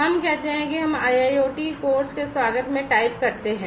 हम कहते हैं कि हम IIoT कोर्स के स्वागत में टाइप करते हैं